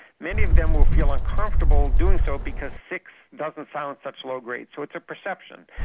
many of them will feel uncomfortable doing so because six doesn't sound such low-grade. so it's a perception.